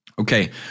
Okay